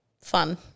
Fun